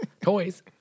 toys